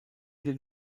den